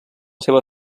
seva